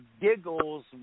giggles